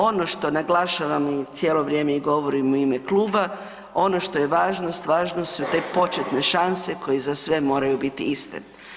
Ono što naglašavam cijelo vrijeme i govorim u ime kluba, ono što je važno, važne su te početne šanse koje za sve moraju biti iste.